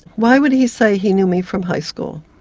why would he say he knew me from high school?